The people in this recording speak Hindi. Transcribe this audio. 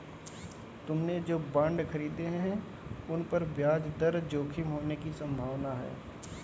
तुमने जो बॉन्ड खरीदे हैं, उन पर ब्याज दर जोखिम होने की संभावना है